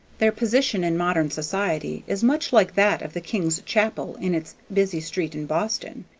their position in modern society is much like that of the king's chapel in its busy street in boston.